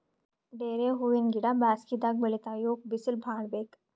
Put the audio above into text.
ಡೇರೆ ಹೂವಿನ ಗಿಡ ಬ್ಯಾಸಗಿದಾಗ್ ಬೆಳಿತಾವ್ ಇವಕ್ಕ್ ಬಿಸಿಲ್ ಭಾಳ್ ಬೇಕ್